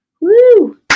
Woo